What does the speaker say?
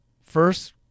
first